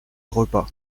repas